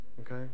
okay